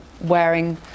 wearing